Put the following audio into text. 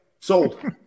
Sold